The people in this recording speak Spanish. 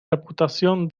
reputación